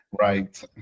Right